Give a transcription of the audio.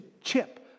chip